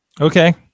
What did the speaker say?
Okay